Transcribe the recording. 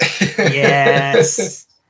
Yes